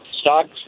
stocks